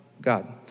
God